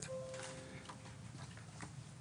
בנוגע לנושאים של החברה והעדה הדרוזית.